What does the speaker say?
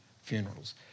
funerals